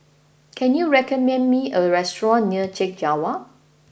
can you recommend me a restaurant near Chek Jawa